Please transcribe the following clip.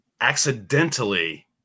accidentally